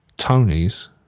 Tony's